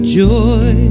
joy